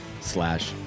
slash